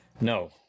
No